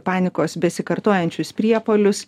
panikos besikartojančius priepuolius